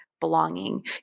Belonging